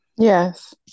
Yes